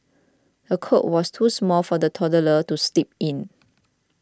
the cot was too small for the toddler to sleep in